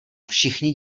všichni